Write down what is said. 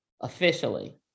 officially